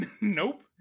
Nope